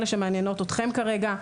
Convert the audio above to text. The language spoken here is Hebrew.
אלה שמעניינות אתכם כרגע.